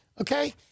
okay